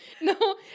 No